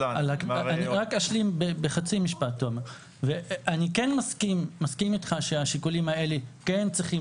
אני כן מסכים אתך שהשיקולים האלה כן צריכים